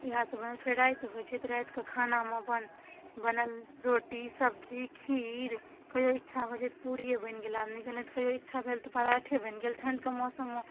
इएह सब बनय छै फेर राति होइ छै तऽ राति कऽ खानामे अपन बनल रोटी सब्जी खीर कहियो इच्छा भऽ जायत तऽ पूड़िये बनि गेला नहि तऽ नहि कहियो इच्छा भेल तऽ पराठे बनि गेल ठण्डके मौसममे